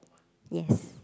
yes